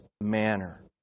manner